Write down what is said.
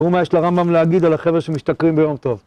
תראו מה יש לרמב״ם להגיד על החבר'ה שמשתכרים ביום טוב